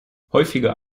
häufiger